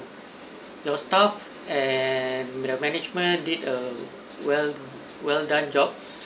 your staff and your management did a well done job